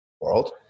world